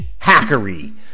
hackery